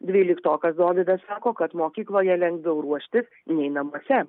dvyliktokas dovydas sako kad mokykloje lengviau ruoštis nei namuose